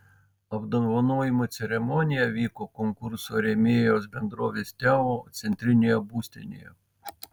apdovanojimų ceremonija vyko konkurso rėmėjos bendrovės teo centrinėje būstinėje